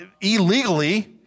illegally